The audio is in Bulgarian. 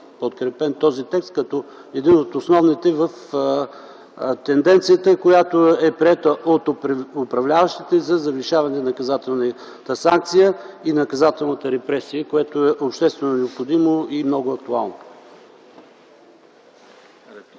подкрепен този текст като един от основните в тенденцията, която е приета от управляващите за завишаване на наказателната санкция и наказателната репресия, което е обществено необходимо и много актуално.